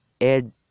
add